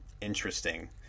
interesting